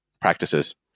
practices